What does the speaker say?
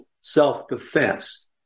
self-defense